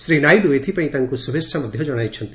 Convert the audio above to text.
ଶ୍ରୀ ନାଇଡୁ ଏଥିପାଇଁ ତାଙ୍କୁ ଶୁଭେଛା ଜଶାଇଛନ୍ତି